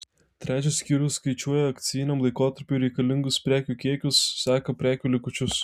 trečias skyrius skaičiuoja akcijiniam laikotarpiui reikalingus prekių kiekius seka prekių likučius